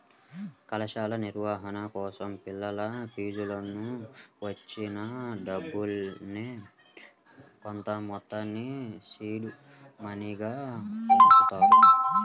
కళాశాల నిర్వహణ కోసం పిల్లల ఫీజునుంచి వచ్చిన డబ్బుల్నే కొంతమొత్తాన్ని సీడ్ మనీగా ఉంచుతారు